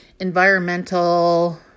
Environmental